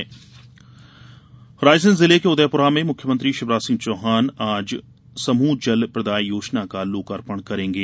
जल प्रदाय योजना रायसेन जिले के उदयपुरा में मुख्यमंत्री शिवराज सिंह चौहान समूह जल प्रदाय योजना का लोकार्पण करेंगे